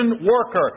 worker